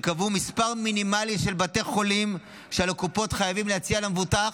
וקבעו מספר מינימלי של בתי חולים שעל הקופות להציע למבוטח,